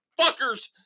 fuckers